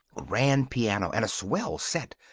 grand piano. and a swell set.